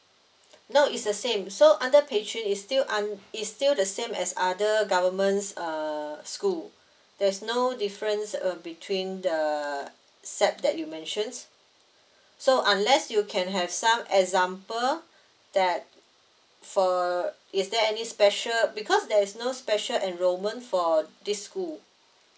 no is the same so under pei chun is still un~ is still the same as other government's uh school there's no difference uh between the SAP that you mentions so unless you can have some example that for is there any special because there's no special enrollment for this school